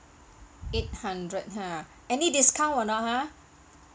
eight hundred ha any discount or not ha